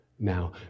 Now